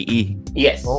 Yes